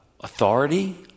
authority